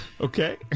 Okay